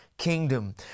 kingdom